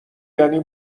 یعنی